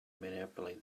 manipulate